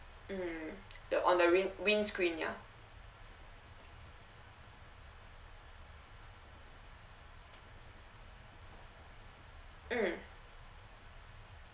mm you're on the wind on the windscreen ya mm